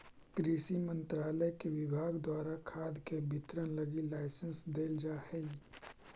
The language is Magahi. कृषि मंत्रालय के विभाग द्वारा खाद के वितरण लगी लाइसेंस देल जा हइ